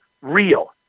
real